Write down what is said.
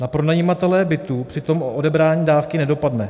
Na pronajímatele bytu přitom odebrání dávky nedopadne.